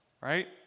right